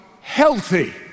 healthy